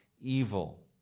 evil